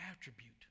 attribute